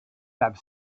have